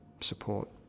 support